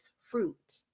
fruit